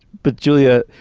but julia